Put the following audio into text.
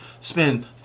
spend